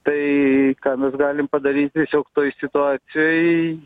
tai ką mes galim padaryti tiesiog toj situacijoj